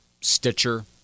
Stitcher